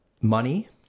money